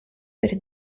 per